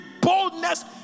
boldness